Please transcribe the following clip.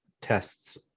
tests